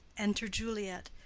enter juliet.